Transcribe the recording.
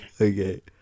Okay